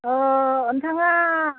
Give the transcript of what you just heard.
ओ नोंथाङा